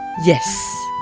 yes,